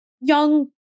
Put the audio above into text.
young